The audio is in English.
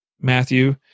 Matthew